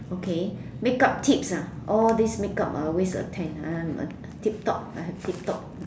okay makeup tips ah all these makeup I always attend tip top I have tip top